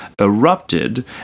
Erupted